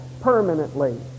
permanently